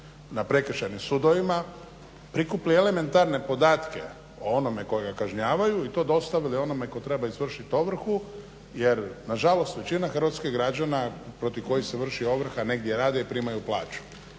na prekršajnim sudovima prikupili elementarne podatke o onome koga kažnjavaju i to dostavili onome tko treba izvršit ovrhu jer nažalost većina hrvatskih građana protiv kojih se vrši ovrha negdje rade i primaju plaću